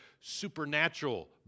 supernatural